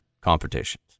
competitions